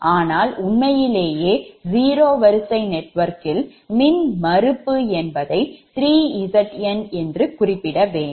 ஆனால் உண்மையிலேயே zero வரிசை நெட்வொர்க்கில் மின்மறுப்பு என்பதை 3Zn என்று குறிப்பிட வேண்டும்